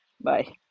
Bye